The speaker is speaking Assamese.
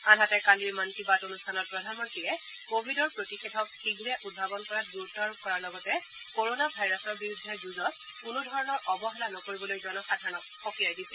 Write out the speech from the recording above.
আনহাতে কালিৰ মন কী বাত অনুষ্ঠানত প্ৰধানমন্ত্ৰীয়ে কোৱিডৰ প্ৰতিষেধক শীঘ্ৰে উদ্ভাৱন কৰাত গুৰুত্ব আৰোপ কৰাৰ লগতে কৰোণা ভাইৰাছৰ বিৰুদ্ধে যুঁজত কোনোধৰণৰ অৱহেলা নকৰিবলৈ জনসাধাৰণক সকীয়াই দিছিল